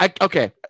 okay